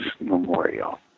memorial